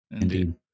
Indeed